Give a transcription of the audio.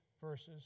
verses